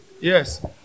Yes